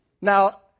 Now